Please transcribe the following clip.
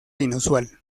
inusual